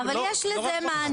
אבל יש לזה מענה,